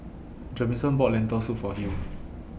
Jamison bought Lentil Soup For Hughes